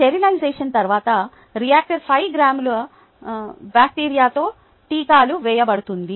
sterilisation తరువాత reactor 5 గ్రాముల బ్యాక్టీరియాతో టీకాలు వేయబడుతుంది